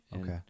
Okay